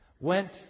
went